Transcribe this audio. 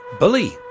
Bully